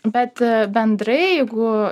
bet bendrai jeigu